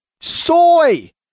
soy